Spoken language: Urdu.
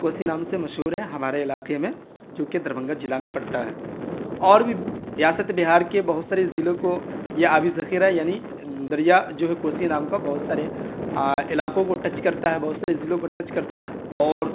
کوسی نام سے مشہور ہے ہمارے علاقے میں جو کہ دربھنگہ جلع میں پڑتا ہے اور بھی ریاست بہار کے بہت سارے ضلعوں کو یہ آبی ذخیرہ یعنی دریا جو ہے کوسی نام کا بہت سارے علاقوں کو ٹچ کرتا ہے بہت سارے ضلعوں کو ٹچ کرتا ہے اور